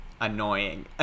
annoying